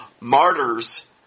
martyrs